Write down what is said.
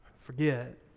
forget